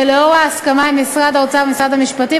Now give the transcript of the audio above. ולאור ההסכמה עם משרד האוצר ומשרד המשפטים,